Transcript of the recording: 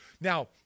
Now